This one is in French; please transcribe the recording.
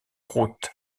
route